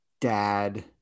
dad